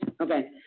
Okay